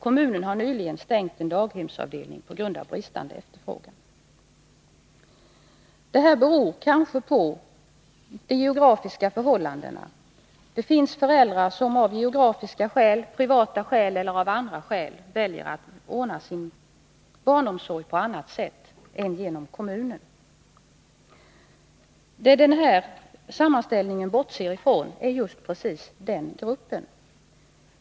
Kommunen har nyligen stängt en daghemsavdelning på grund av bristande efterfrågan. Detta beror kanske på de geografiska förhållandena. Det finns föräldrar som av geografiska, privata eller andra skäl väljer att ordna sin barnomsorg på annat sätt än genom kommunen. Det som den här sammanställningen bortser ifrån är just den gruppen.